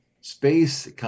space